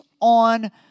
on